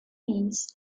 means